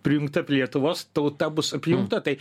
prijungta prie lietuvos tauta bus apjungta tai